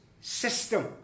system